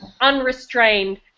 unrestrained